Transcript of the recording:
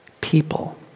people